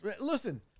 listen